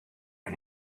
and